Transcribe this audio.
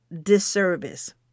disservice